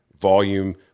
volume